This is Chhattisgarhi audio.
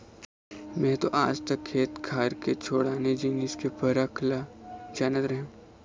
मेंहा तो आज तक खेत खार के छोड़ आने जिनिस के फरक ल जानत रहेंव